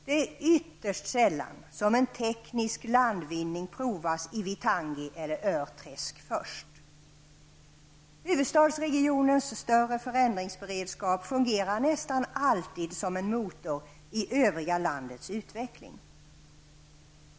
Det är ytterst sällan som en teknisk landvinning provas i Vittangi eller Örträsk först. Huvudstadsregionens större förändringsberedskap fungerar nästan alltid som en motor i övriga landets utveckling.